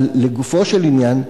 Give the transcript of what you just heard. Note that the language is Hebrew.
אבל לגופו של עניין,